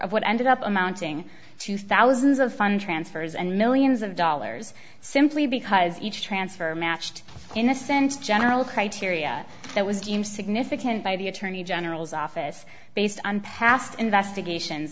of what ended up amounting to thousands of fun transfers and millions of dollars simply because each transfer matched in the sense general criteria that was deemed significant by the attorney general's office based on past investigations